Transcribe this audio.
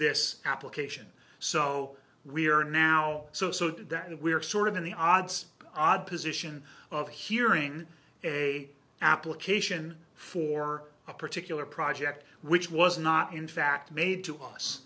this application so we are now so so done that we're sort of in the odds odd position of hearing a application for a particular project which was not in fact made